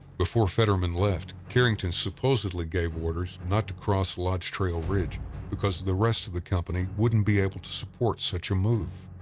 before fetterman left, carrington supposedly gave orders not to cross lodge trail ridge because the rest of the company wouldn't be able to support such a move.